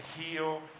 heal